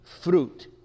fruit